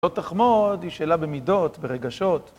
לא תחמוד, היא שאלה במידות, ברגשות